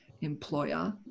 employer